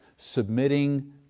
Submitting